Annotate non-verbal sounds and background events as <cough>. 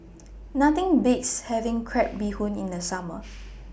<noise> Nothing Beats having Crab Bee Hoon in The Summer <noise>